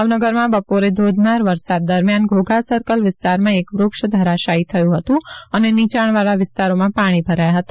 ભાવનગરમાં બપોરે ધોધમાર વરસાદ દરમિથાન ઘોઘા સર્કલ વિસ્તારમાં એક વૃક્ષ ધરાશાથી થયું હતું અને નીયાણવાળા વિસ્તારોમાં પાણી ભરાથા હતા